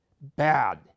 bad